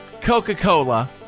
Coca-Cola